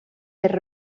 der